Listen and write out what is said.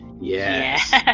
yes